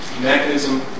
mechanism